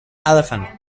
elephant